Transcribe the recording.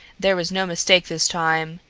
there was no mistake this time.